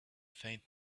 faint